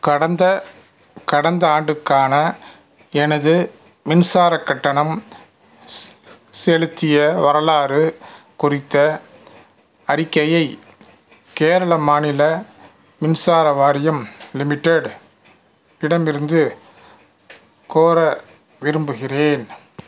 கடந்த கடந்த ஆண்டுக்கான எனது மின்சாரக் கட்டணம் ஸ் செலுத்திய வரலாறு குறித்த அறிக்கையை கேரள மாநில மின்சார வாரியம் லிமிட்டெட் இடமிருந்து கோர விரும்புகின்றேன்